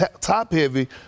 top-heavy